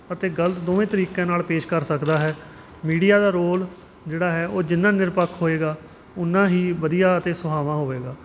ਅਤੇ ਗਲਤ ਦੋਵੇਂ ਤਰੀਕਿਆਂ ਨਾਲ ਪੇਸ਼ ਕਰ ਸਕਦਾ ਹੈ ਮੀਡੀਆ ਦਾ ਰੋਲ ਜਿਹੜਾ ਹੈ ਉਹ ਜਿੰਨਾ ਨਿਰਪੱਖ ਹੋਵੇਗਾ ਉੰਨਾ ਹੀ ਵਧੀਆ ਅਤੇ ਸੁਹਾਵਾ ਹੋਵੇਗਾ